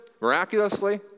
miraculously